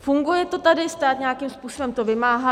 Funguje to tady, stát nějakým způsobem to vymáhá.